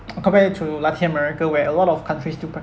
or compare it to latin america where a lot of countries still prac~